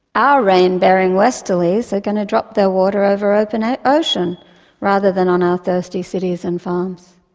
our rain-bearing westerlies are going to drop their water over open ah ocean rather than on our thirsty cities and farms.